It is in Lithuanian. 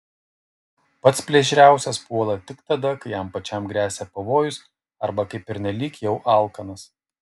pats plėšriausias puola tik tada kai jam pačiam gresia pavojus arba kai pernelyg jau alkanas